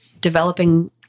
developing